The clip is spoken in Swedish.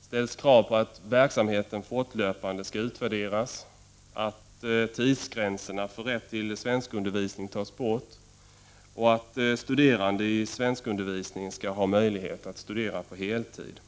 ställs krav på att verksamheten fortlöpande utvärderas, att tidsgränserna för rätt till svenskundervisning tas bort, och att studerande i svenskundervisningen skall ha möjlighet att studera på heltid.